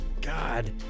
god